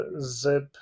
zip